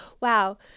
Wow